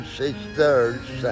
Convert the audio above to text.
sisters